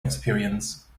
experience